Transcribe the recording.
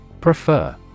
Prefer